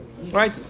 Right